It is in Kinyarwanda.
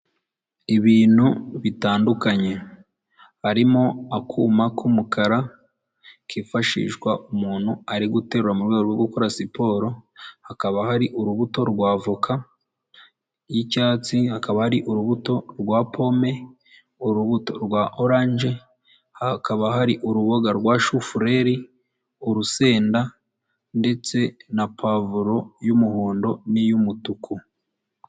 Ibintu bitandukanye, harimo akuma k'umukara kifashishwa umuntu ari guterura mu rwego rwo gukora siporo, hakaba hari urubuto rwa voka y'icyatsi, hakaba ari urubuto rwa pome, urubuto rwa oranje, hakaba hari urubuga rwa shufureri, urusenda ndetse na puwavuro y'umuhondo n'iy'umutuku.